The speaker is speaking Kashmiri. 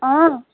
آ